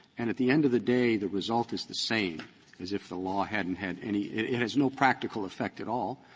and at the end of the day the result is the same as if the law hadn't had any it has no practical effect at all,